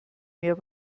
mehr